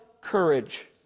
courage